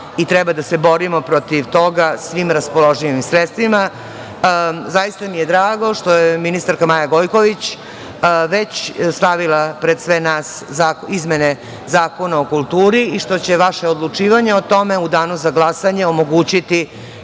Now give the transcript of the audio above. i treba da se borimo protiv toga svim raspoloživim sredstvima. Zaista mi je drago što je ministarka Maja Gojković već stavila pred sve nas izmene Zakona o kulturi i što će vaše odlučivanje o tome u danu za glasanje omogućiti